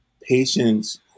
patients